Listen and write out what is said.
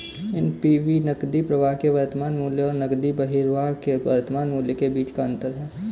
NPV नकदी प्रवाह के वर्तमान मूल्य और नकदी बहिर्वाह के वर्तमान मूल्य के बीच का अंतर है